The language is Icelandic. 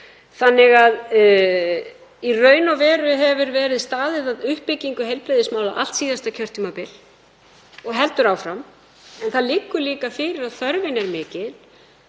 að bæta. Í raun og veru hefur því verið staðið að uppbyggingu heilbrigðismála allt síðasta kjörtímabil og heldur áfram. En það liggur líka fyrir að þörfin er mikil.